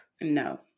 No